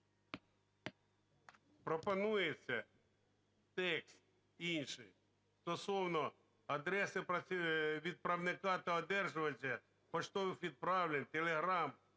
Пропонується текст, інше, дослівно: "Адреси відправника та одержувача поштових відправлень, телеграм,